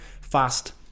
fast